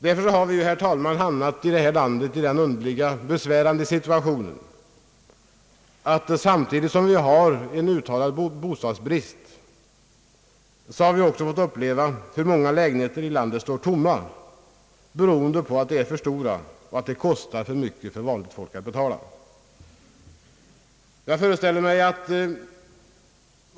Därför har vi, herr talman, här i landet hamnat i den besvärliga situationen, att samtidigt som vi har en uttalad bostadsbrist, har vi också fått uppleva hur många lägenheter i landet står tomma beroende på att de är för stora och kostar för mycket för vanligt folk.